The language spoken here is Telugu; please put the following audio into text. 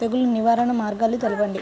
తెగులు నివారణ మార్గాలు తెలపండి?